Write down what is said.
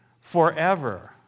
forever